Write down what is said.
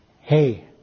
hey